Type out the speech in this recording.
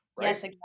Yes